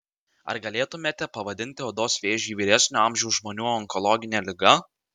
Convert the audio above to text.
ar galėtumėte pavadinti odos vėžį vyresnio amžiaus žmonių onkologine liga